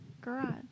garage